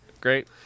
Great